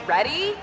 Ready